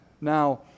Now